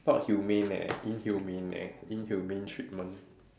not humane eh inhumane eh inhumane treatment